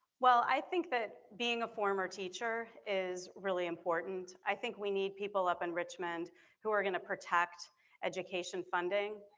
well, i think that being a former teacher is really important. i think we need people up in richmond who are gonna protect education funding.